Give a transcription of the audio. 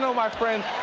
so my friends.